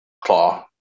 claw